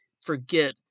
forget